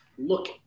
look